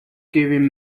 giving